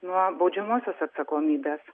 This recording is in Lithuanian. nuo baudžiamosios atsakomybės